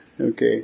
Okay